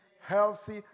healthy